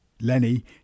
Lenny